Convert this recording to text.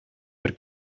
бер